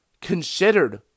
considered